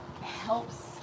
helps